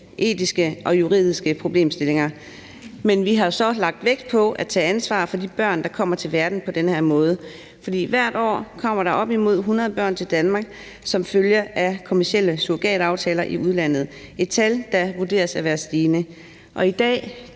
etiske og juridiske problemstillinger. Men vi har så lagt vægt på at tage ansvar for de børn, der kommer til verden på den her måde. Hvert år kommer der op imod 100 børn til Danmark, som følge af kommercielle surrogataftaler i udlandet; et tal, der vurderes at være stigende. I dag